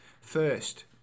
first